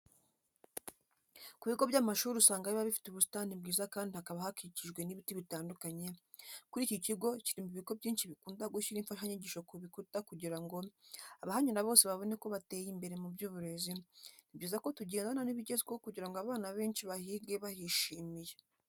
Ku bigo by'amashuri usanga biba bifite ubusitani bwiza kandi hakaba hakikijwe n'ibiti bitandukanye, kuri iki kigo kiri mu bigo byinshi bikunda gushyira imfashanyigisho ku bikuta kugira ngo abahanyura bose babone ko bateye imbere mu by'uburezi, ni byiza ko tugendana n'ibigezweho kugira ngo abana benshi bahige bahishimiye.